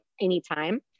anytime